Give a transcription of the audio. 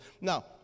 Now